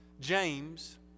James